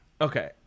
okay